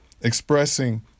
expressing